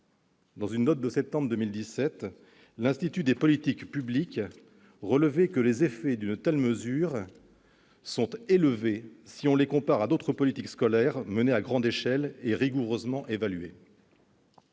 Dans une note de septembre 2017, l'institut des politiques publiques relevait que les effets d'une telle mesure « sont élevés, si on les compare à d'autres politiques scolaires menées à grande échelle et rigoureusement évaluées.